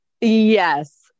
yes